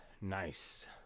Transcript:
Nice